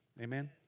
Amen